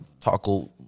taco